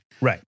Right